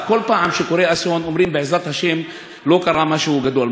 כל פעם שקורה אסון אומרים: בעזרת השם לא קרה משהו גדול.